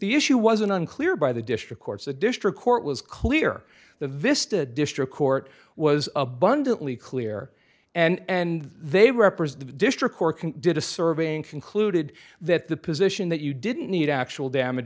issue was an unclear by the district courts the district court was clear the vista district court was abundantly clear and they represent the district court did a survey and concluded that the position that you didn't need actual damage